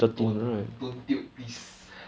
don't don't tilt please